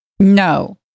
No